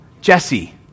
Jesse